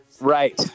Right